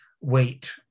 wait